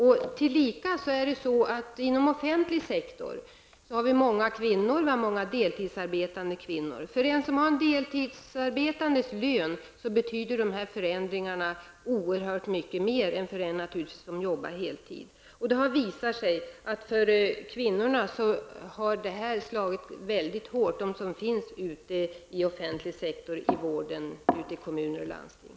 Därtill kommer att det inom offentlig sektor finns många kvinnor och många deltidsarbetande kvinnor. För en som har en deltidsarbetandes lön betyder de här förändringarna oerhört mycket mer än för en som jobbar heltid. Det har visat sig att det här har slagit väldigt hårt mot kvinnorna i offentlig sektor -- i vården, i kommuner och landsting.